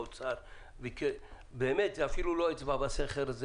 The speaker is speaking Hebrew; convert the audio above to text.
זאת אפילו לא אצבע בסכר.